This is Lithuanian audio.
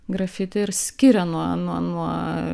grafiti ir skiria nuo nuo nuo